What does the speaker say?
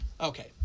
Okay